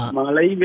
Malay